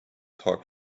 talk